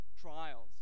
trials